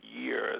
years